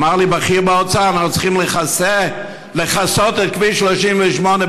אמר לי בכיר באוצר: אנחנו צריכים לכסות את כביש 38,